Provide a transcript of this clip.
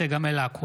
צגה מלקו,